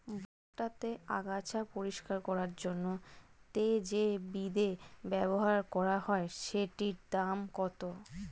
ভুট্টা তে আগাছা পরিষ্কার করার জন্য তে যে বিদে ব্যবহার করা হয় সেটির দাম কত?